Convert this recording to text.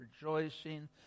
rejoicing